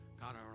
God